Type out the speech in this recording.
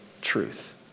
truth